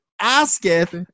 asketh